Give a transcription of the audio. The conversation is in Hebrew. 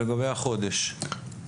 לגבי החודש.